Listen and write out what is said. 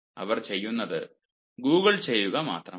അവർ ചെയ്യുന്നത് ഗൂഗിൾ ചെയ്യുക മാത്രമാണ്